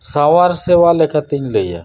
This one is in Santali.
ᱥᱟᱶᱟᱨ ᱥᱮᱵᱟ ᱞᱮᱠᱟᱛᱤᱧ ᱞᱟᱹᱭᱟ